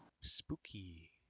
Spooky